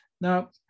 Now